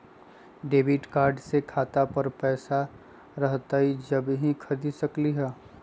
Debit card से खाता पर पैसा रहतई जब ही खरीद सकली ह?